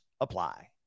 apply